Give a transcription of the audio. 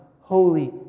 Holy